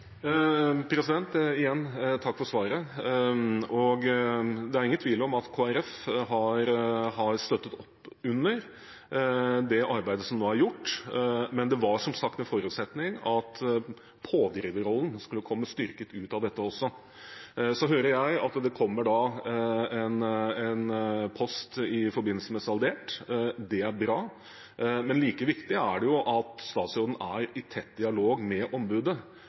Igjen: Takk for svaret. Det er ingen tvil om at Kristelig Folkeparti har støttet opp under det arbeidet som nå er gjort, men det var som sagt en forutsetning at pådriverrollen skulle komme styrket ut av dette også. Så hører jeg at det kommer en post i forbindelse med saldert budsjett. Det er bra, men like viktig er det jo at statsråden er i tett dialog med ombudet.